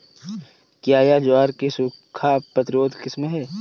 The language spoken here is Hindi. क्या यह ज्वार की सूखा प्रतिरोधी किस्म है?